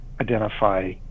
identify